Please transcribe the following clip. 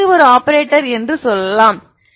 ஒரு வேறுபட்ட ஆபரேட்டர் என்று சொல்லலாம் Ly0